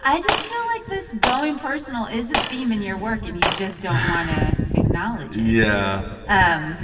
i just feel like this going personal is a theme in your work and you just don't want to acknowledge it yeah. um